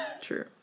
true